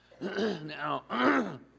Now